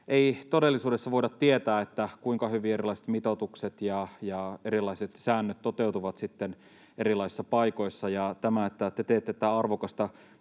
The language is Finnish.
ei todellisuudessa voida tietää, kuinka hyvin erilaiset mitoitukset ja erilaiset säännöt toteutuvat erilaisissa paikoissa. Tämä, että te teette tätä arvokasta